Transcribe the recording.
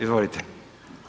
Izvolite.